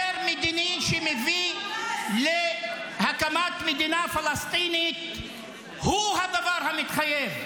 מדיני שמביא להקמת מדינה פלסטינית הוא הדבר המתחייב.